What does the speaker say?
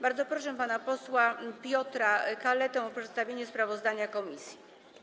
Bardzo proszę pana posła Piotra Kaletę o przedstawienie sprawozdania komisji.